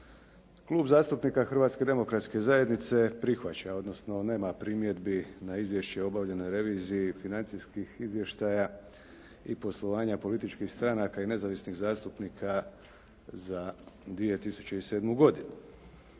Klub zastupnika Hrvatske demokratske zajednice prihvaća, odnosno nema primjedbi na izvješće o obavljenoj reviziji financijskih izvještaja i poslovanja političkih stranaka i nezavisnih zastupnika za 2007. godinu.